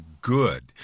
good